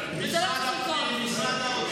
בבקשה, שלוש דקות